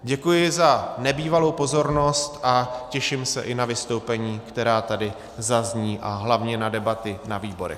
Děkuji za nebývalou pozornost a těším se i na vystoupení, která tady zazní, a hlavně na debaty na výborech.